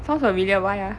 sounds familiar why ah